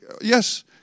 Yes